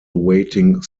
awaiting